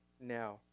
now